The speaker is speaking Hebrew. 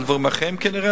לדברים אחרים כנראה,